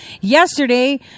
yesterday